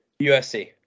USC